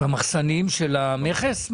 במחסנים של המכס?